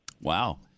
Wow